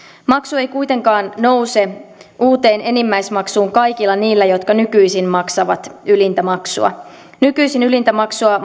maksu ei kuitenkaan nouse uuteen enimmäismaksuun kaikilla niillä jotka nykyisin maksavat ylintä maksua nykyisin ylintä maksua